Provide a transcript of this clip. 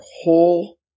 whole